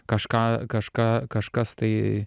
kažką kažką kažkas tai